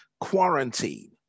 quarantine